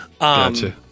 Gotcha